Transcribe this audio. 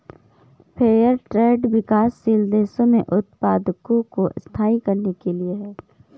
fair trade विकासशील देशों में उत्पादकों को स्थायी करने के लिए है